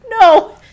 no